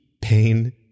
pain